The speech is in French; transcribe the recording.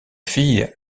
fille